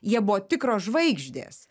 jie buvo tikros žvaigždės